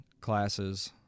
classes